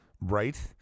Right